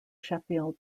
sheffield